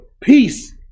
peace